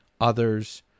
others